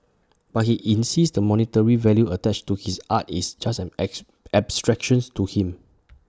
but he insists the monetary value attached to his art is just an abstractions to him